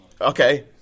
okay